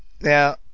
Now